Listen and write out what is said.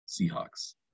Seahawks